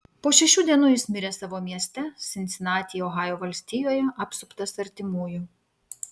po šešių dienų jis mirė savo mieste sinsinatyje ohajo valstijoje apsuptas artimųjų